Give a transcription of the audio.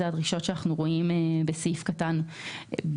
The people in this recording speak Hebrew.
אלה הדרישות שאנחנו רואים בסעיף קטן (ב).